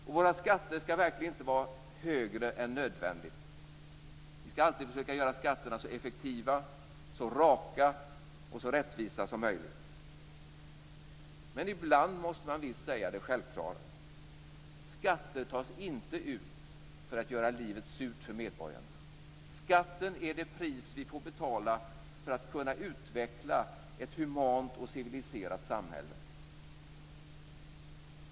Och våra skatter skall verkligen inte vara högre än nödvändigt. Vi skall alltid försöka göra skatterna så effektiva, så raka och så rättvisa som möjligt. Men ibland måste man säga det självklara: Skatter tas inte ut för att göra livet surt för medborgarna. Skatten är det pris vi får betala för att kunna utveckla ett humant och civiliserat samhälle.